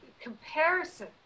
comparison